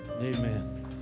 Amen